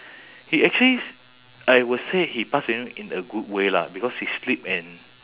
he actually I would say he passed away in a good way lah because he sleep and